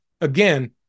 again